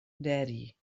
daddy